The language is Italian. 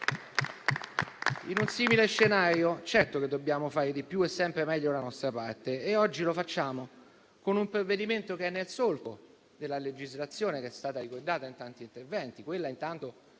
In un simile scenario, certo che dobbiamo fare di più e sempre meglio la nostra parte e oggi lo facciamo con un provvedimento che si pone nel solco della legislazione che è stata ricordata in tanti interventi. Mi riferisco intanto